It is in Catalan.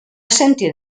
sentir